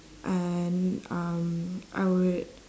and um I would